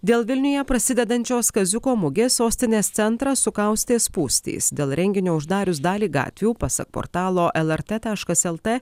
dėl vilniuje prasidedančios kaziuko mugės sostinės centrą sukaustė spūstys dėl renginio uždarius dalį gatvių pasak portalo lrt taškas lt